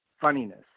funniness